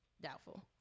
Doubtful